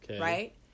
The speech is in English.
right